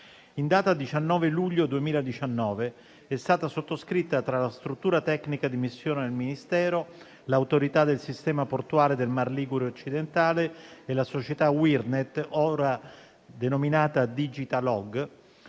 In data 19 luglio 2019 è stata sottoscritta, tra la struttura tecnica di missione del Ministero, l'autorità del sistema portuale del Mar Ligure occidentale e la società UIRNet, ora denominata DigITALog,